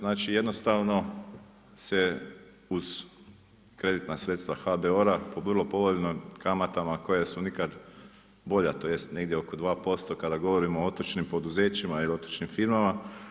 Znači jednostavno se uz kreditna sredstva HBOR-a po vrlo povoljnim kamatama koje su nikad bolja, tj. negdje oko 2% kada govorimo o otočnim poduzećima ili otočnim firmama.